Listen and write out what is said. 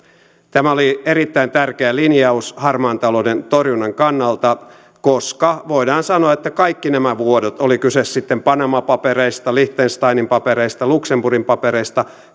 tämä oli erittäin tärkeä linjaus harmaan talouden torjunnan kannalta koska voidaan sanoa että kaikki nämä vuodot oli kyse sitten panama papereista liechtensteinin papereista tai luxemburgin papereista